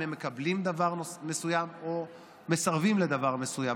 מקבלת דבר מסוים או מסרבת לדבר מסוים.